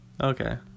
Okay